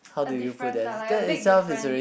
a difference lah like a big difference